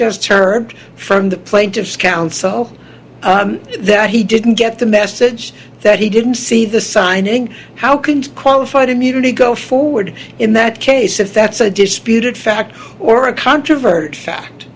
just heard from the plaintiff's counts so that he didn't get the message that he didn't see the signing how can a qualified immunity go forward in that case if that's a disputed fact or a controvers